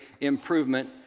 improvement